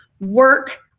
work